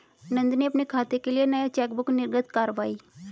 नंदनी अपने खाते के लिए नया चेकबुक निर्गत कारवाई